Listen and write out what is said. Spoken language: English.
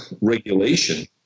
regulation